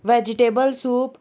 vegetable soup